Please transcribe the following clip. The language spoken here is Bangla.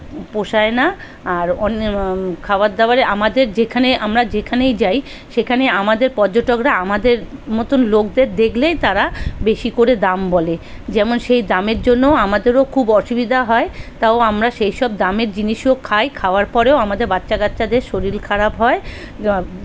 পোষায় না আর অন্যের খাবার দাবারের আমাদের যেখানে আমরা যেখানেই যাই সেখানে আমাদের পর্যটকরা আমাদের মতোন লোকদের দেখলে তারা বেশি করে দাম বলে যেমন সেই দামের জন্যও আমাদেরও খুব অসুবিধা হয় তাও আমরা সেই সব দামের জিনিসও খাই খাওয়ার পরেও আমাদের বাচ্চা কাচ্চাদের শরীর খারাপ হয়